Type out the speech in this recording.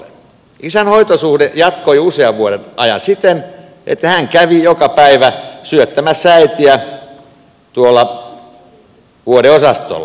isän hoitosuhde jatkui usean vuoden ajan siten että hän kävi joka päivä syöttämässä äitiä tuolla vuodeosastolla